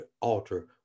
alter